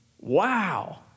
Wow